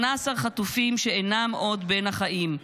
18 חטופים שאינם עוד בין החיים,